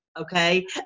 Okay